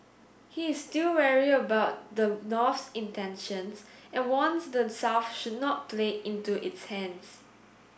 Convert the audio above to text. he is still wary about the North's intentions and warns the South should not play into its hands